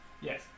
Yes